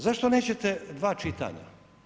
Zašto nećete dva čitanja?